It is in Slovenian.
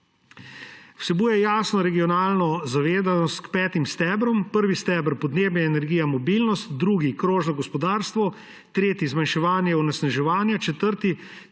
Vsebuje jasno regionalno zavezanost k petim stebrom. Prvi steber – podnebje, energija, mobilnost. Drugi – krožno gospodarstvo. Tretji – zmanjševanje onesnaževanja. Četrti